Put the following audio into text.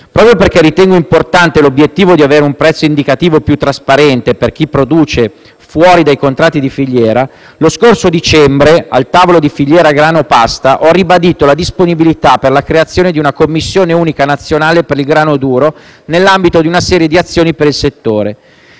Convinto dell'importanza dell'obiettivo di avere un prezzo indicativo più trasparente per chi produce fuori dai contratti di filiera, lo scorso dicembre, al tavolo della filiera grano pasta, ho ribadito la disponibilità alla creazione di una Commissione unica nazionale per il grano duro nell'ambito di una serie di azioni per il settore